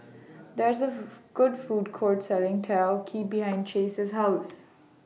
There IS A Food Court Selling Takoyaki behind Chace's House